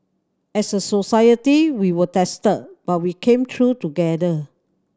as a society we were tested but we came through together